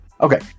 Okay